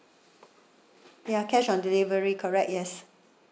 ya cash on delivery correct yes